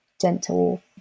gentle